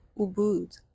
Ubud